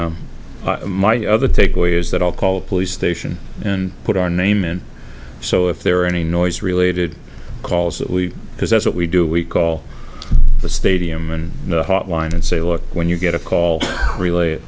then my other takeaway is that i'll call a police station and put our name in so if there are any noise related calls that we because that's what we do we call the stadium and hotline and say look when you get a call rela